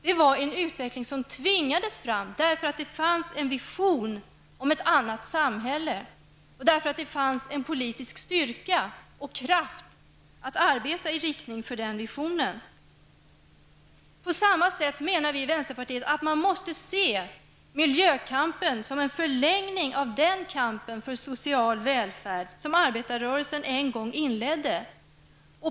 Det var en utveckling som tvingades fram, för det fanns en vision om ett annat samhälle. Det fanns en politisk styrka och en kraft att arbeta i den visionens riktning. På samma sätt menar vi i vänsterpartiet att man måste se miljökampen som en förlängning av den kamp för social välfärd som arbetarrörelsen en gång inledde.